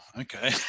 okay